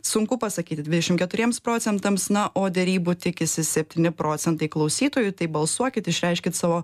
sunku pasakyti dvidešim keturiems procentams na o derybų tikisi septyni procentai klausytojų tai balsuokit išreiškit savo